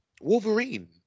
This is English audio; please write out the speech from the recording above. Wolverine